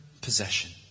possession